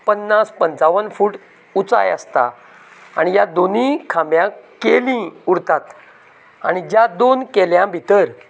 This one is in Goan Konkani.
पंन्नास पंचावन फूट उंचाय आसता आनी ह्या दोनीय खांब्यांक केली उरतात आनी ज्या दोन केल्या भितर